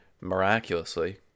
miraculously